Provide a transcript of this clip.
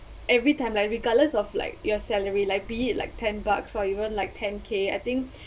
every time like regardless of like your salary like be it like ten bucks or even like ten K I think